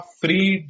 free